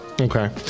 Okay